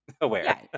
aware